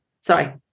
sorry